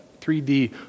3D